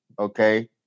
Okay